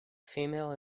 female